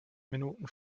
minuten